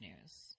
news